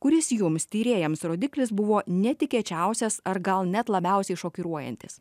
kuris jums tyrėjams rodiklis buvo netikėčiausias ar gal net labiausiai šokiruojantis